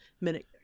Minute